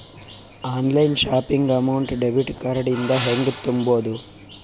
Online shopping amount debit card ಇಂದ ಹೆಂಗ್ ತುಂಬೊದು?